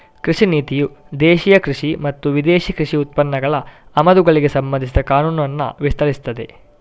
ಕೃಷಿ ನೀತಿಯು ದೇಶೀಯ ಕೃಷಿ ಮತ್ತು ವಿದೇಶಿ ಕೃಷಿ ಉತ್ಪನ್ನಗಳ ಆಮದುಗಳಿಗೆ ಸಂಬಂಧಿಸಿದ ಕಾನೂನುಗಳನ್ನ ವಿವರಿಸ್ತದೆ